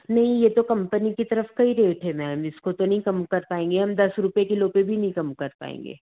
नहीं यह तो कम्पनी की तरफ़ से ही रेट है मैम इसको तो नहीं कम कर पाएँगे हम दस रुपये किलो पर भी नहीं कम कर पाएँगे